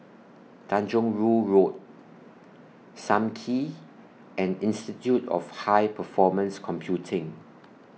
Tanjong Rhu Road SAM Kee and Institute of High Performance Computing